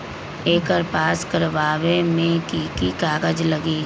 एकर पास करवावे मे की की कागज लगी?